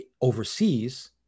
overseas